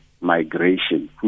migration